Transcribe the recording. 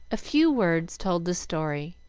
a few words told the story,